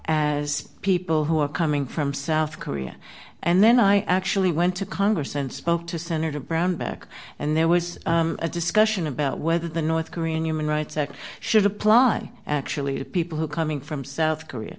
as people who are coming from south korea and then i actually went to congress and spoke to senator brownback and there was a discussion about whether the north korean human rights act should apply actually to people who coming from south korea